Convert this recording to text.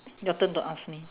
your turn to ask me